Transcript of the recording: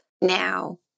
now